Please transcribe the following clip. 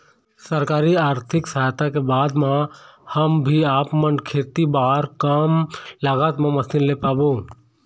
सरकारी आरथिक सहायता के बाद मा हम भी आपमन खेती बार कम लागत मा मशीन ले पाबो?